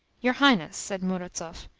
your highness, said murazov,